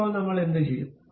ഇപ്പോൾ നമ്മൾ എന്തു ചെയ്യും